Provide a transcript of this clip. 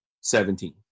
Seventeen